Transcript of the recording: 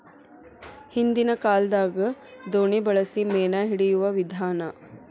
ಹಿಂದಿನ ಕಾಲದಾಗ ದೋಣಿ ಬಳಸಿ ಮೇನಾ ಹಿಡಿಯುವ ವಿಧಾನಾ